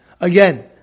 Again